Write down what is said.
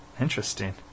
Interesting